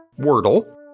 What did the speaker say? Wordle